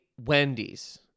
Wendy's